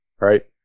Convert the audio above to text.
right